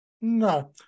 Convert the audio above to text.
No